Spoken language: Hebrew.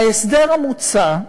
ההסדר המוצע,